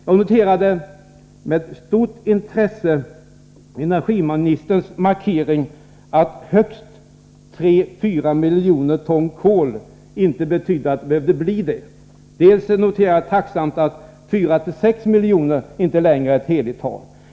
Jag noterade med stort intresse dels energiministerns markering att ”högst 3-4 miljoner ton kol” inte betyder att det behöver bli det, dels att 4-6 miljoner ton inte längre är ett heligt tal.